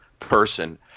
person